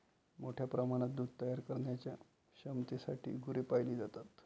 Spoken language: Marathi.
मोठ्या प्रमाणात दूध तयार करण्याच्या क्षमतेसाठी गुरे पाळली जातात